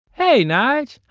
hey, nyge.